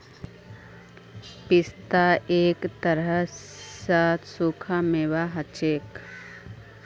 पिस्ता एक तरह स सूखा मेवा हछेक